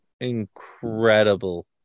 incredible